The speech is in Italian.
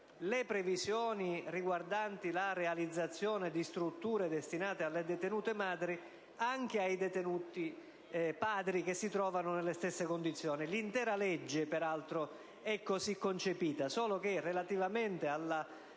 le previsioni riguardanti la realizzazione di strutture destinate alle detenute madri anche ai detenuti padri che si trovano nelle medesime condizioni. L'intero provvedimento peraltro è così concepito, ma relativamente alla